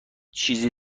چیز